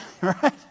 Right